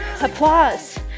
Applause